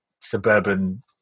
suburban